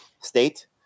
state